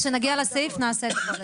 כשנגיע לסעיף נעשה את זה.